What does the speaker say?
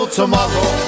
tomorrow